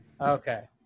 Okay